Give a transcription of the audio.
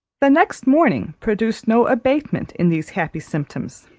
the next morning produced no abatement in these happy symptoms.